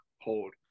hold